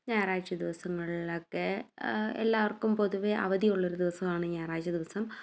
ഞായറാഴ്ച്ച ദിവസങ്ങളിലൊക്കെ എല്ലാർക്കും പൊതുവേ അവധിയുള്ള ഒരു ദിവസമാണ് ഞായറാഴ്ച്ച ദിവസം